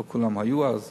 לא כולם היו אז,